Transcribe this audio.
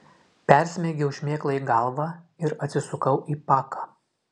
persmeigiau šmėklai galvą ir atsisukau į paką